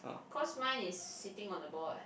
cause mine is sitting on the ball what